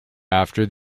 after